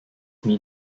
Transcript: mean